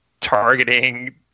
Targeting